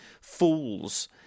fools